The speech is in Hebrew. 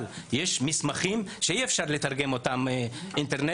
ויש מסמכים שאי אפשר לתרגם אינטרנטית,